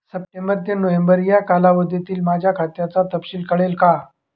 September ते November या कालावधीतील माझ्या खात्याचा तपशील कळेल का?